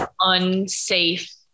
unsafe